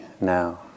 now